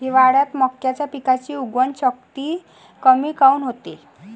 हिवाळ्यात मक्याच्या पिकाची उगवन शक्ती कमी काऊन होते?